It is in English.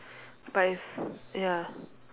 but it's ya